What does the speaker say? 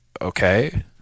okay